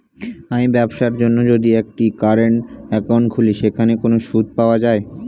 আমি ব্যবসার জন্য যদি একটি কারেন্ট একাউন্ট খুলি সেখানে কোনো সুদ পাওয়া যায়?